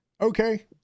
Okay